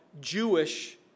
Jewish